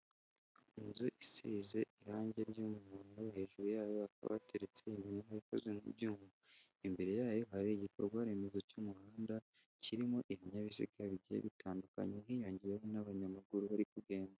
Inzu isize irangi ry'umuhondo, hejuru yayo bateretse impintara ikozwe mu byuma. Imbere yayo hari igikorwa remezo cy'umuhanda kirimo ibinyabiziga bigenda bitandukanye hiyongeho n'abanyamaguru bari kugenda.